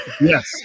Yes